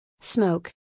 Smoke